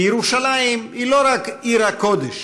כי ירושלים היא לא רק עיר הקודש